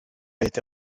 été